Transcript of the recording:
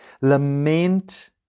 Lament